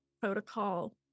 protocol